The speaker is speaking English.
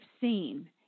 seen